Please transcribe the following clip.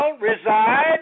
reside